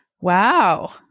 Wow